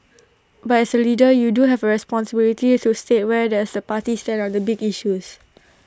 but as A leader you do have A responsibility to state where does the party stand on the big issues